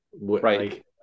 right